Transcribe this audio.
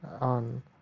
on